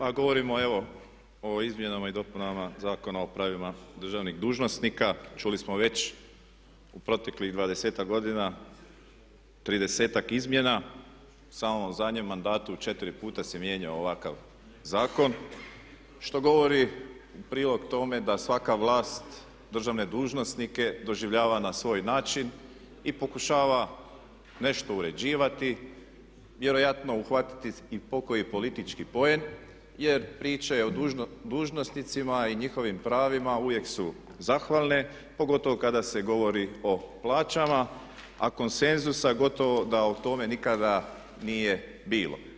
Pa govorimo evo o Izmjenama i dopunama Zakona o pravima državnih dužnosnika, čuli smo već u proteklih 20-ak godina 30-ak izmjena, samo u zadnjem mandatu 4 puta se mijenjao ovakav zakon što govori u prilog tome da svaka vlast državne dužnosnike doživljava na svoj način i pokušava nešto uređivati, vjerojatno uhvatiti i pokoji politički poen jer priče o dužnosnicima i njihovim pravima uvijek su zahvalne pogotovo kada se govori o plaćama a konsenzusa gotovo da o tome nikada nije bilo.